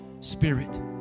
spirit